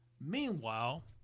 meanwhile